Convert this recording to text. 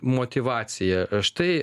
motyvaciją štai